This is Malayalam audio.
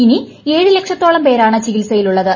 ഇനി ഏഴ് ലക്ഷത്തോളം പേർ മാറ്റമാണ് ചികിത്സയിലുള്ളത്